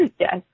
Yes